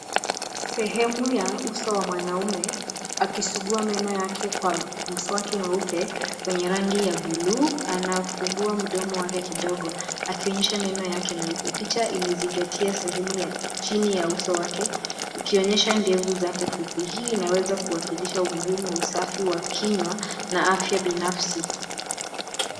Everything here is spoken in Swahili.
Sehemu ya uso wa mwanaume akisugua meno yake kwa mswaki mweupe mwenye rangi ya bluu anafumbua mdomo wake kidogo akionyesha meno yake meupe. Picha imezingatia sehemu ya chini ya uso wake ikionyesha ndevu zake fupi. Hii inaweza kuwakilisha umuhimu wa usafi wa kinywa na afya binafsi.